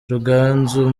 ruganzu